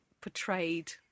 portrayed